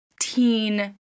teen